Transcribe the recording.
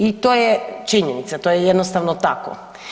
I to je činjenica, to je jednostavno tako.